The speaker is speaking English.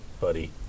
buddy